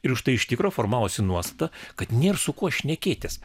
ir už tai iš tikro formavosi nuostata kad nėr su kuo šnekėtis